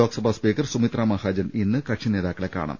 Lok Sabha speaker Sumitra Mahajan ഇന്ന് കക്ഷിനേതാക്കളെ കാണും